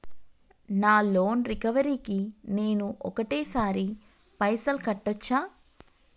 నా loan recovery కి నేను ఒకటేసరి పైసల్ కట్టొచ్చా?